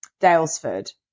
Dalesford